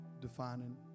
defining